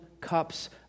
cups